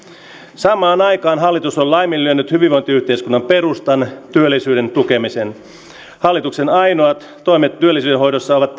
samaan aikaan hallitus on laiminlyönyt hyvinvointiyhteiskunnan perustan työllisyyden tukemisen hallituksen ainoat toimet työllisyydenhoidossa ovat